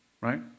right